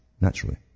Naturally